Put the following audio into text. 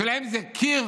בשבילם זה קיר